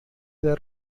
were